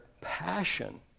passion